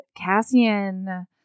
Cassian